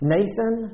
Nathan